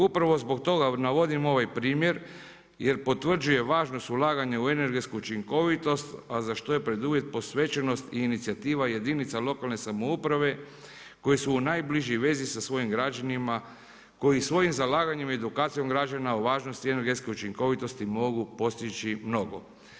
Upravo zbog toga navodim ovaj primjer, jer potvrđujem vas da su ulaganja u energetsku učinkovitost, a što je preduvjet posvećenost i inicijativa jedinica lokalne samouprave, koji su u najbližoj vezi sa svojim građanima, koji svojim zalaganjem i edukacijom građana u važnost energetske učinkovitosti mogu postići mnogo.